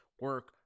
Work